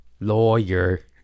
lawyer